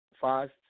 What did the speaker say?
fast